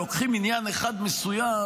לוקחים עניין אחד מסוים